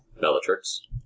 Bellatrix